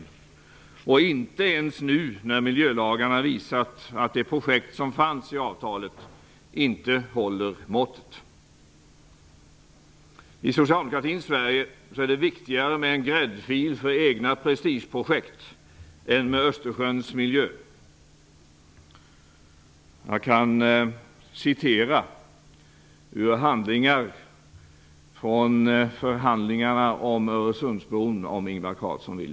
Och det förutsätter han inte ens nu när miljölagarna har visat att det projekt som fanns i avtalet inte håller måttet. I socialdemokratins Sverige är det viktigare med en gräddfil för egna prestigeprojekt än med Östersjöns miljö. Jag kan citera ur handlingar från förhandlingarna om Öresundsbron, om Ingvar Carlsson vill.